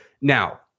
Now